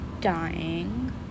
dying